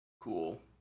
cool